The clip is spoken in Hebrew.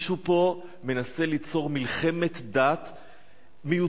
מישהו פה מנסה ליצור מלחמת דת מיותרת,